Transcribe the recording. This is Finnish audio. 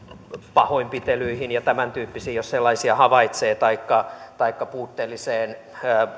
pahoinpitelyihin ja tämäntyyppisiin jos sellaisia havaitsee taikka taikka